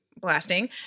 Blasting